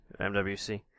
MWC